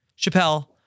Chappelle